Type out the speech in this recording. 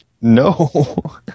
No